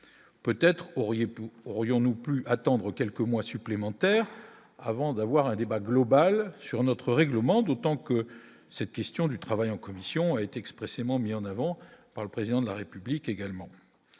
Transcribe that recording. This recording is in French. aurions-nous pu attendre quelques mois supplémentaires avant d'avoir un débat global sur notre règlement, d'autant que cette question du travail en commission est expressément mis en avant par le président de la République également